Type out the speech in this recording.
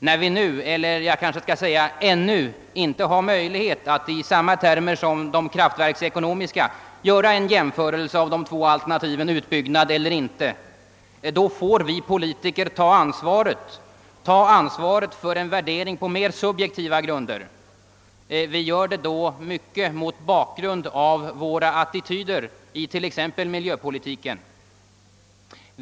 När vi ännu inte har möjlighet att i samma termer som de kraftverksekonomiska göra en jämförelse mellan de två alternativen utbyggnad eller inte utbyggnad, får vi politiker ta ansvar för en värdering på mer subjektiva grunder. Vi gör då detta mot bakgrunden av våra attityder i t.ex. miljöpolitiken.